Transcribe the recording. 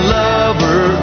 lover